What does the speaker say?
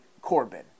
Corbin